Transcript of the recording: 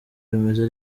rimeze